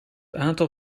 aantal